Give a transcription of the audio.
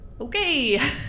Okay